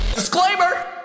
Disclaimer